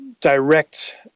direct